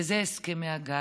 וזה הסכמי הגג.